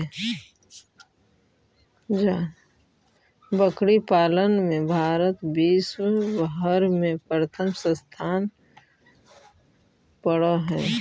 बकरी पालन में भारत विश्व भर में प्रथम स्थान पर हई